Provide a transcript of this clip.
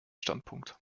standpunkt